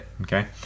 okay